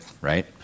right